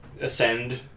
ascend